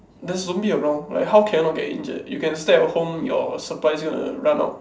there's zombie around like how can you not get injured you can stay at home your supply's gonna to run out